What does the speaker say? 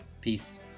peace